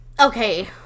okay